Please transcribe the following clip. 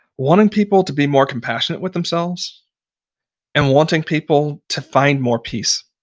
wanting people to be more compassionate with themselves and wanting people to find more peace